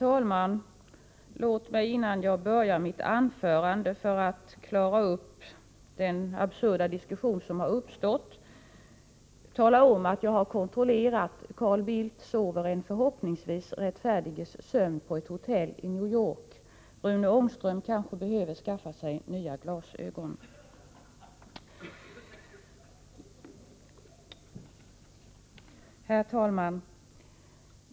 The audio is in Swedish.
Herr talman! Först vill jag, för att klara ut den absurda diskussion som har uppstått när det gäller Carl Bildt, tala om att jag har tagit reda på hur det förhåller sig. Carl Bildt sover, förhoppningsvis, den rättfärdiges sömn på ett hotell i New York. Rune Ångström behöver kanske skaffa sig nya glasögon.